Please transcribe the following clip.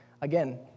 Again